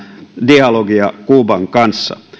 dialogia kuuban kanssa